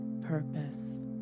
purpose